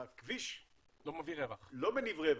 הכביש לא מניב רווח.